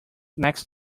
next